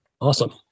Awesome